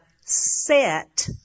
set